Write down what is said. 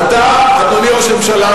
אדוני ראש הממשלה,